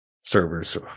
servers